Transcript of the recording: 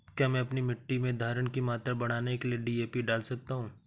क्या मैं अपनी मिट्टी में धारण की मात्रा बढ़ाने के लिए डी.ए.पी डाल सकता हूँ?